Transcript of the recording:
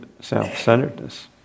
self-centeredness